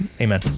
amen